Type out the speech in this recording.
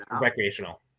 Recreational